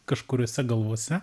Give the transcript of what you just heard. kažkuriose galvose